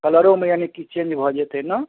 कलरोमे यानि कि चेन्ज भऽ जेतै ने